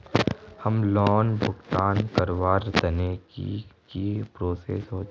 Home loan भुगतान करवार तने की की प्रोसेस होचे?